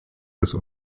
des